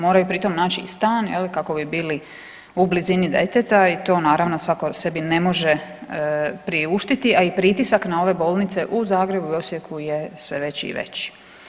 Moraju pritom naći i stan kako bi bili u blizini djeteta i to naravno svako sebi ne može priuštiti, a i pritisak na ove bolnice u Zagrebu i Osijeku je sve veći i veći.